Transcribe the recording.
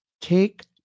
Take